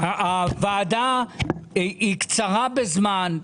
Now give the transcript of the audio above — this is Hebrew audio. הוועדה קצרה בזמן,